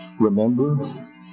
remember